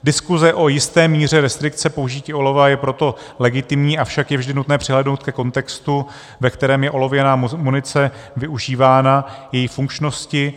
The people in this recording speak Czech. Diskuse o jisté míře restrikce použití olova je proto legitimní, avšak je vždy nutné přihlédnout ke kontextu, ve kterém je olověná munice využívána, její funkčnosti.